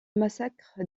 massacre